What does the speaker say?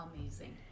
amazing